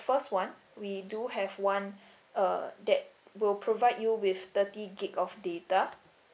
first one we do have one uh that will provide you with thirty gigabyte of data